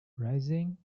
rising